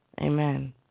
Amen